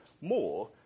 more